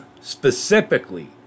specifically